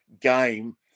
game